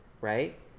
right